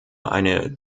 eine